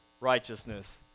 righteousness